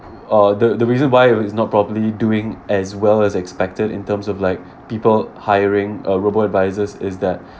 uh the the reason why it's not probably doing as well as expected in terms of like people hiring uh robo advisors is that